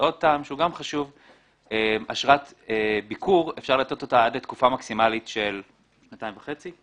צריך לזכור שאשרת ביקור אפשר לתת עד תקופה מקסימאלית של שנתיים וחצי.